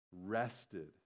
rested